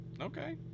Okay